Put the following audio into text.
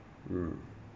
mm